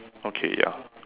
okay ya